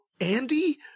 Andy